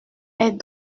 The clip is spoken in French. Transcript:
est